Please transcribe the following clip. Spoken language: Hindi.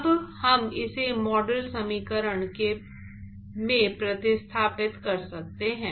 अब हम इसे मॉडल समीकरण में प्रतिस्थापित कर सकते हैं